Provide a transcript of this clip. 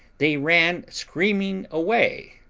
they ran screaming away,